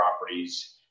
properties